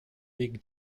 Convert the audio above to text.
league